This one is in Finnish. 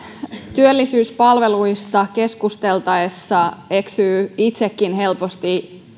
työllisyyspalveluista keskusteltaessa eksyy itsekin helposti